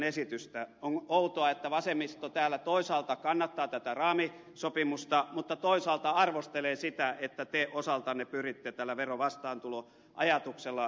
on outoa että vasemmisto täällä toisaalta kannattaa tätä raamisopimusta mutta toisaalta arvostelee sitä että te osaltanne pyritte tällä verovastaantuloajatuksella sitä edistämään